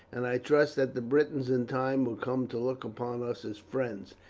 and i trust that the britons in time will come to look upon us as friends.